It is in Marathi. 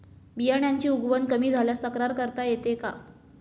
बियाण्यांची उगवण कमी झाल्यास तक्रार करता येते का?